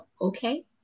okay